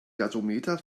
gasometer